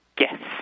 Yes